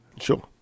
Sure